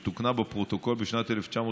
היא תוקנה בפרוטוקול בשנת 1996,